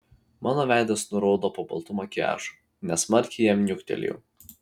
mano veidas nuraudo po baltu makiažu nesmarkiai jam niuktelėjau